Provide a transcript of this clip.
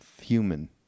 human